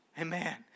Amen